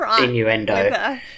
innuendo